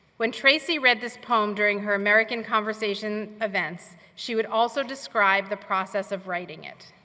when tracy read this poem during her american conversation events, she would also describe the process of writing it.